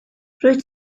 rwyt